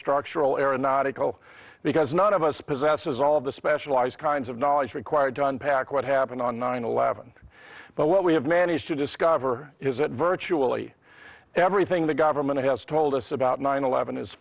structural aeronautical because none of us possesses all of the specialized kinds of knowledge required to unpack what happened on nine eleven but what we have managed to discover is that virtually everything the government has told us about nine eleven is